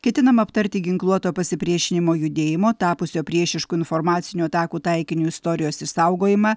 ketinama aptarti ginkluoto pasipriešinimo judėjimo tapusio priešiškų informacinių atakų taikiniu istorijos išsaugojimą